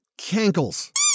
cankles